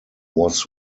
was